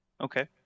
Okay